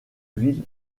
ville